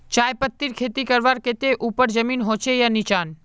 चाय पत्तीर खेती करवार केते ऊपर जमीन होचे या निचान?